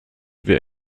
wir